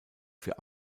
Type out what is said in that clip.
für